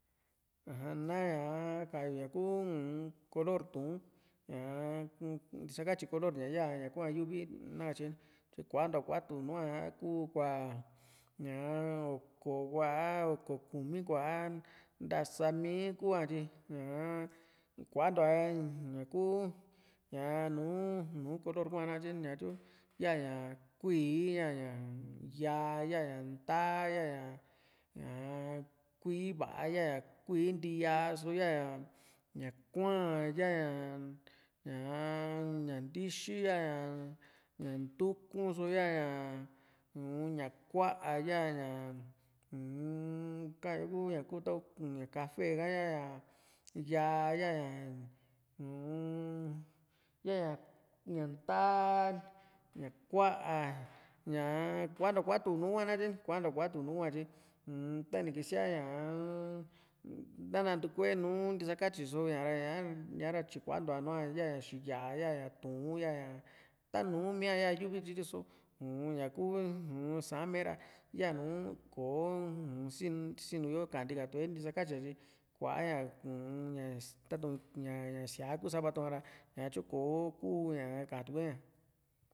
aja ná kaa yu ñaku uu-m kolor tuun {aa ntisa katyi kolor ña yaa ñá kúu ñá yuvii nakatye ni kuantua kuatu nùù´a a kuu kúa ñaa oko kúa a oko kumi kúa a ntasa mii kúaa tyi ñaa kuantua ña kuu ña núu nu kolor hua nakatye ñatyu ya´ña kuíí ya´ña yaa ya´ña ndaa ya´ña ñáa kuíí va´a ya´ña kuíí ntíyaa só ya´ña kuaa´n ya´ña ñá´a ndi´xi ya´ña ndukuu´n só ya´ña un ña kuá ya´ña uu-n kaa´yo ku taku ña kafe ka ña yaa ya´ña uu-n ya´ña ndaa ña ku´a ñaa kuantua kuatu nu´u hua nakatye kuantua kuatu nùù hua tyi u-n tanio kisáa ña na nantuku yo nú ntisakatyi só ña´ra ña ña´ra tyikua ntua nùù´a ya´ña xiya´a ya´ña tuun ya´ña tanuu mia ya ña yuvi riso uu-n ñaku Sa'an me´ra yanu kò´o nsini yo kati katu´e ni ntisakatyi´a tyi kuaña u-n ña tatu´n ña sía´a ku sava tuku´a ra ñatyu kò´o ku ka´an tukue´a